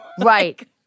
Right